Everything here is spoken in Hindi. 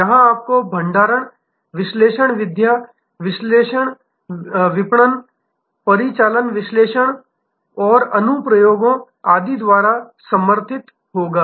जहां समको का भंडारण डेटा वेयरहाउस विश्लेषणविद्या एनालिटिक्स विपणन विश्लेषण मार्केटिंग एनालिटिक्स परिचालन विश्लेषण ऑपरेशनल एनालिटिक्स और अनुप्रयोगों एप्लिकेशन आदि द्वारा समर्थित होगा